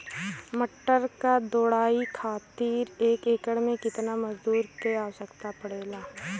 मटर क तोड़ाई खातीर एक एकड़ में कितना मजदूर क आवश्यकता पड़ेला?